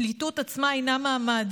פליטות עצמה אינה מעמד